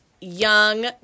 young